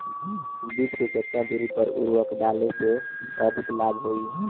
बीज के केतना दूरी पर उर्वरक डाले से अधिक लाभ होई?